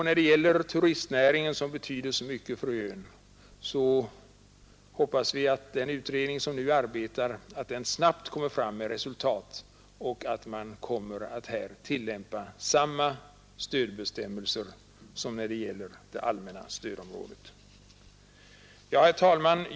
När det gäller turistnäringen, som betyder så mycket för ön, hoppas vi att den utredning som nu arbetar snart skall lägga fram förslag så att man kan tillämpa samma bestämmelser på Öland som i det Herr talman!